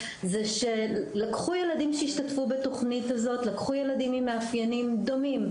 זה שלקחו ילדים שהשתתפו בתוכנית הזאת ולקחו ילדים עם מאפיינים דומים,